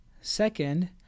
Second